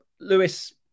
Lewis